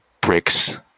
bricks